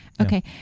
Okay